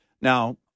Now